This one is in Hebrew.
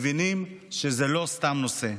מבינים שזה לא סתם נושא.